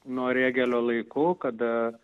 nuo rėgelio laikų kada